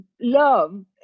love